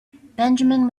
benjamin